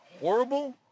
horrible